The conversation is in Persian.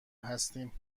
هستیم